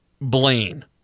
Blaine